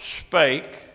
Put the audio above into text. spake